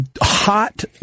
hot